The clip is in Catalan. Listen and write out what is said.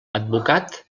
advocat